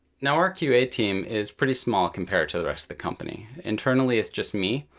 now, our qa team is pretty small compared to the rest of the company. internally, it's just me.